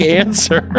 answer